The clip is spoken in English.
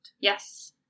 Yes